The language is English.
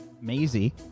Maisie